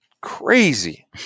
crazy